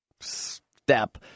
step